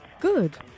Good